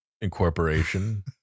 incorporation